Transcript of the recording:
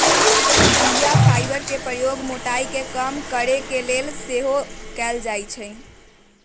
बीया फाइबर के प्रयोग मोटाइ के कम करे के लेल सेहो कएल जाइ छइ